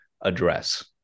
address